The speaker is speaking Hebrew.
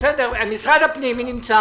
מי נמצא